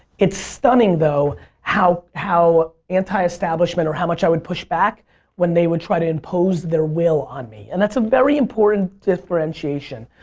it's stunning though how how anti-establishment or how much i would push back when they would try to impose their will on me. and that's a very important differentiation.